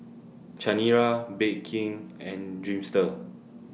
Chanira Bake King and Dreamster